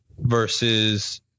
versus